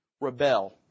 rebel